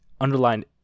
Underlined